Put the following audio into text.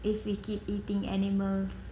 if we keep eating animals